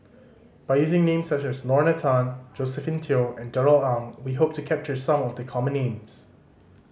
by using names such as Lorna Tan Josephine Teo and Darrell Ang we hope to capture some of the common names